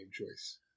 choice